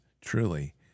truly